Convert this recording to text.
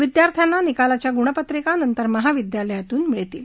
विद्यार्थ्यांना निकालाच्या गुणपत्रिका नंतर महाविद्यालयातून मिळतील